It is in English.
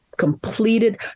Completed